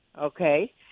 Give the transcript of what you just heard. okay